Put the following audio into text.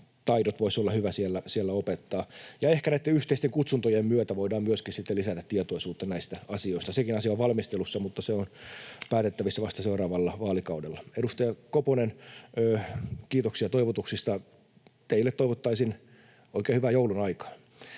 perustaidot voisi olla hyvä opettaa. Ja ehkä näitten yhteisten kutsuntojen myötä voidaan myöskin sitten lisätä tietoisuutta näistä asioista. Sekin asia on valmistelussa, mutta se on päätettävissä vasta seuraavalla vaalikaudella. Edustaja Koponen, kiitoksia toivotuksista. Teille toivottaisin oikein hyvää joulun aikaa